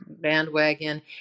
bandwagon